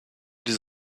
les